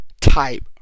type